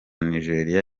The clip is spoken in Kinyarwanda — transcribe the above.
nigeria